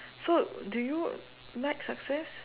so do you like success